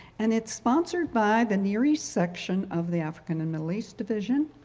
and it's sponsored by the near east section of the african and middle east division.